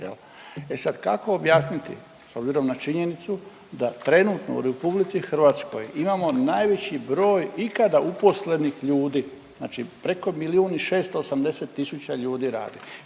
E sad kako objasniti s obzirom na činjenicu da trenutno u RH imamo najveći broj ikada uposlenih ljudi. Znači preko milijun i 680 tisuća ljudi radi.